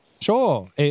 Sure